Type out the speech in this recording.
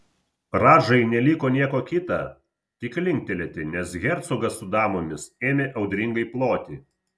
radžai neliko nieko kita tik linktelėti nes hercogas su damomis ėmė audringai ploti